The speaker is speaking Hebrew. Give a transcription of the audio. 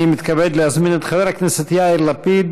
אני מתכבד להזמין את חבר הכנסת יאיר לפיד